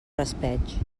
raspeig